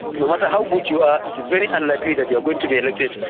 no matter how good you are, it is very unlikely that you're going to be elected.